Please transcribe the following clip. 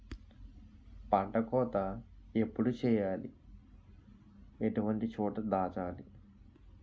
పంట కోత ఎప్పుడు చేయాలి? ఎటువంటి చోట దాచాలి?